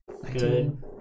Good